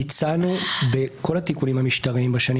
הצענו בכל התיקונים המשטריים בשנים